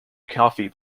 coffee